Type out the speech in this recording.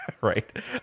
right